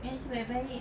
I asyik baik-baik